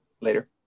later